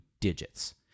digits